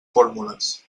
fórmules